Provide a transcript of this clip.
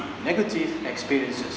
negative experiences